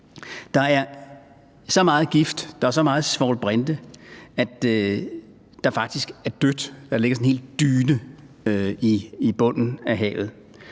der er så meget svovlbrinte, at der faktisk er dødt – der ligger sådan en hel dyne i bunden af havet